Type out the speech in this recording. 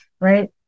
right